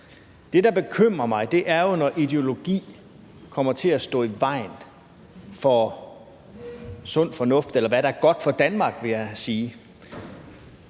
Det, der bekymrer mig, er, når ideologi kommer til at stå i vejen for sund fornuft, eller hvad der er godt for Danmark, vil jeg sige.